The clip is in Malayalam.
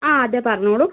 ആ അതെ പറഞ്ഞോളൂ